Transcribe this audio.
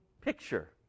picture